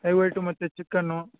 egg white ಮತ್ತು chicken